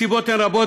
הסיבות הן רבות,